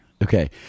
Okay